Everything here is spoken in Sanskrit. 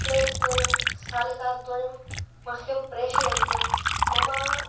प्लेट् द्वयं स्थालिका द्वयं मह्यं प्रेषयन्तु मम